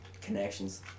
connections